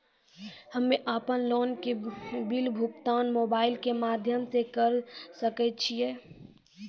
हम्मे अपन लोन के बिल भुगतान मोबाइल के माध्यम से करऽ सके छी?